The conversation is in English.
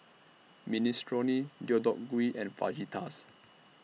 Minestrone Deodeok Gui and Fajitas